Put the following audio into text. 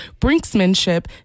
brinksmanship